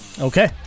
Okay